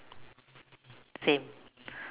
same